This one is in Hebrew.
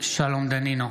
שלום דנינו,